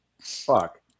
fuck